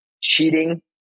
cheating